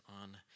on